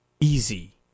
easy